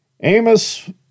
Amos